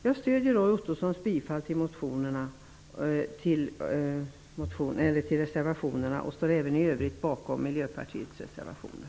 Jag stöder Roy Ottossons bifall till reservationerna och står även i övrigt bakom Miljöpartiets reservationer.